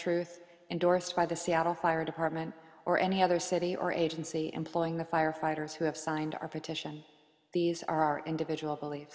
truth endorsed by the seattle fire department or any other city or agency employing the firefighters who have signed a petition these are individual